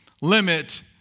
limit